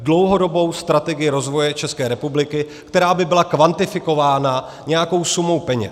Dlouhodobou strategii rozvoje České republiky, která by byla kvantifikována nějakou sumou peněz.